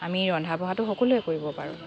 আমি ৰন্ধা বঢ়াটো সকলোৱে কৰিব পাৰোঁ